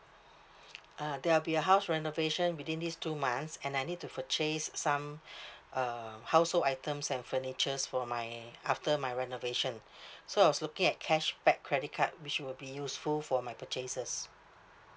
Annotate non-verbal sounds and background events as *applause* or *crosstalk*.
*noise* uh there'll be a house renovation within this two months and I need to purchase some *breath* um household items and furnitures for my after my renovation *breath* so I was looking at cashback credit card which will be useful for my purchases